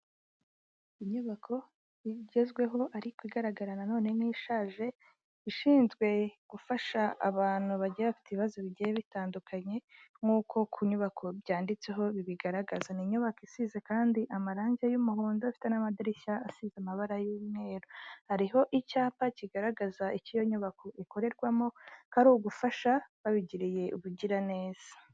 Inyubako igezweho ariko igaragara nanone nk'ishaje, ishinzwe gufasha abantu bagiye bafite ibibazo bigiye bitandukanye nkuko ku nyubako byanditseho bibigaragaza. Ni inyubako isize kandi amarangi y'umuhondo, afite n'amadirishya asize amabara y'umweru. Hariho icyapa kigaragaza icyo iyo nyubako ikorerwamo, ko ari ugufasha babigiriye ubugiraneza.